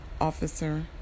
Officer